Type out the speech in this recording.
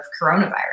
coronavirus